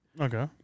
Okay